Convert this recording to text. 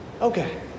Okay